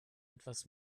etwas